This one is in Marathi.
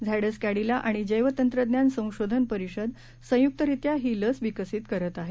झायडस कॅडिला आणि जैवतंत्रज्ञान संशोधन परिषद संयुक्तरित्या ही लस विकसित करत आहेत